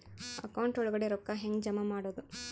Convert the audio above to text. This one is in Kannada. ಅಕೌಂಟ್ ಒಳಗಡೆ ರೊಕ್ಕ ಹೆಂಗ್ ಜಮಾ ಮಾಡುದು?